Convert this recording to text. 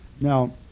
Now